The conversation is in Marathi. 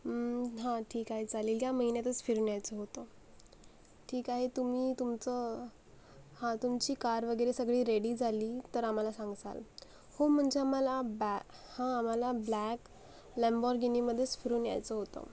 हा ठीक आहे चालेल या महिन्यातच फिरून यायचं होतं ठीक आहे तुम्ही तुमचं हा तुमची कार वगैरे सगळी रेडी झाली तर आम्हाला सांगसाल हो म्हणजे आम्हाला बॅक हा आम्हाला ब्लॅक लॅम्बोर्गिनीमध्येच फिरून यायचं होतं